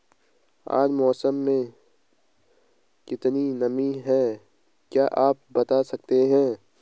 आज मौसम में कितनी नमी है क्या आप बताना सकते हैं?